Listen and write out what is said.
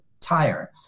tire